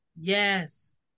Yes